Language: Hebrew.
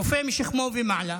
רופא, משכמו ומעלה,